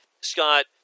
Scott